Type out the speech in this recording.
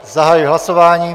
Zahajuji hlasování.